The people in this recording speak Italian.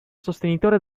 sostenitore